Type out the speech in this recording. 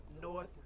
North